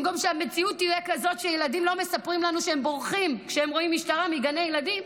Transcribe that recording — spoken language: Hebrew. במקום שהמציאות תהיה כזאת שילדים לא מספרים לנו שהם בורחים מגני ילדים